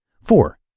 Four